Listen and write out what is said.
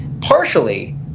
partially